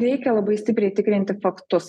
reikia labai stipriai tikrinti faktus